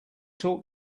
talk